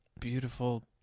beautiful